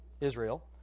Israel